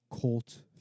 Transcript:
cult